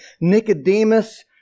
Nicodemus